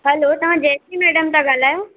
हलो तव्हां जयश्री मैडम था ॻाल्हायो